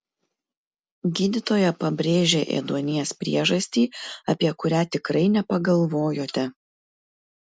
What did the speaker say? gydytoja pabrėžė ėduonies priežastį apie kurią tikrai nepagalvojote